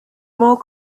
more